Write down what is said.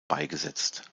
beigesetzt